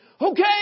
Okay